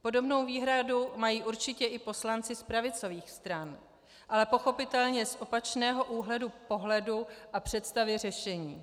Podobnou výhradu mají určitě i poslanci z pravicových stran, ale pochopitelně z opačného úhlu pohledu a představy řešení.